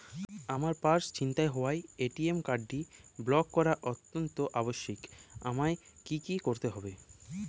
আমার পার্স ছিনতাই হওয়ায় এ.টি.এম কার্ডটি ব্লক করা অত্যন্ত আবশ্যিক আমায় কী কী করতে হবে?